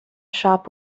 shop